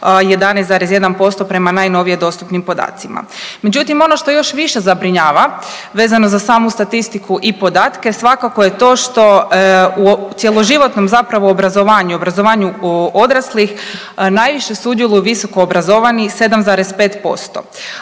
11,1% prema najnovije dostupnim podacima. Međutim, ono što još više zabrinjava vezano za samu statistiku i podatke svakako je to što u cjeloživotnom zapravo obrazovanju i obrazovanju odraslih najviše sudjeluju visokoobrazovani 7,5%,